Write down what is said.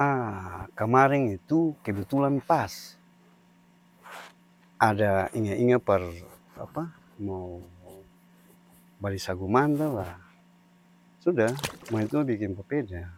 Aa kamareng itu kebetulan pas ada inga-inga par apa? Mau bali sagu manta la sudah maitua biking papeda,